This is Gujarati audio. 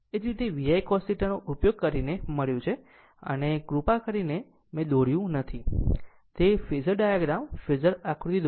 એ જ રીતે VI cos θ નો ઉપયોગ કરીને તે મળી અને r જોબ છે કૃપા કરીને મેં જે દોર્યું નથી તે ફેઝર ડાયાગ્રામ ફેઝર આકૃતિ દોરો